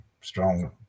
strong